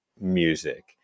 music